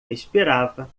esperava